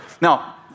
now